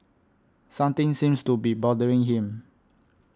something seems to be bothering him